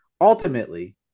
ultimately